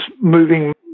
moving